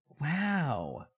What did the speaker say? wow